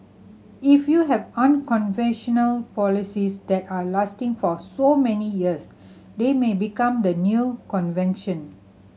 if you have unconventional policies that are lasting for so many years they may become the new convention